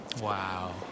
Wow